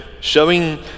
showing